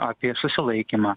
apie susilaikymą